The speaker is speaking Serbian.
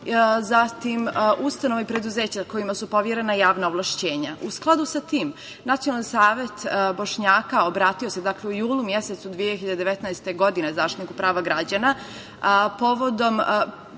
ustanove i preduzeća kojima su poverena javna ovlašćenja.U skladu sa tim, Nacionalni savet Bošnjaka obratio se, dakle u julu mesecu 2019. godine Zaštitniku prava građana, a povodom